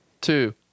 two